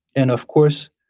and of course,